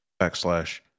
backslash